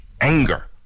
anger